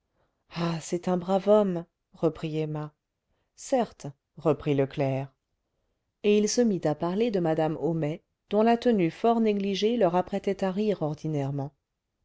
ah c'est un brave homme reprit emma certes reprit le clerc et il se mit à parler de madame homais dont la tenue fort négligée leur apprêtait à rire ordinairement